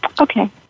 Okay